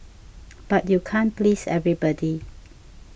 but you can't please everybody